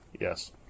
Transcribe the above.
yes